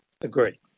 agree